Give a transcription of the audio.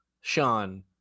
sean